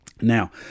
Now